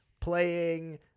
playing